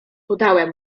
podałem